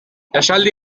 esaldi